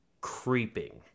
creeping